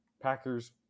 Packers